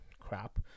crap